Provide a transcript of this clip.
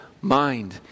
mind